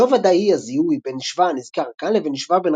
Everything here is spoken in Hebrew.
לא ודאי הזיהוי בין שבא הנזכר כאן לבין שבא בן